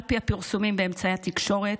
על פי הפרסומים באמצעי התקשורת,